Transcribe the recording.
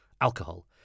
alcohol